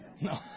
No